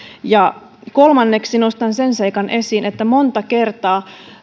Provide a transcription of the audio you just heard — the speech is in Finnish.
kolmanneksi nostan sen seikan esiin että monta kertaa